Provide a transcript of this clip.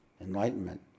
enlightenment